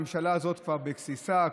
הממשלה הזאת כבר בגסיסה,